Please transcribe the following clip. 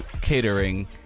catering